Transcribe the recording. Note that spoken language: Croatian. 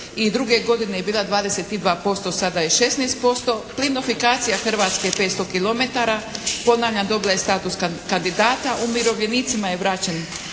2002. godine je bila 22%, sada je 16%. Plinifikacija Hrvatske je 500 kilometara. Ponavljam dobila je status kandidata. Umirovljenicima je vraćen